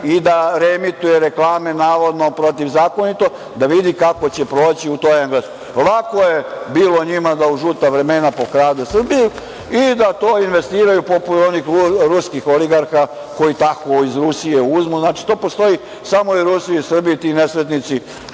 i reemituje protivzakonito reklame, pa će da vidi kako će proći u toj Engleskoj. Lako je bilo njima da u žuta vremena pokradu Srbiju i da to investiraju poput onih ruskih oligarha koji tako iz Rusije uzmu. To postoji samo u Rusiji i Srbiji, ti nesretnici,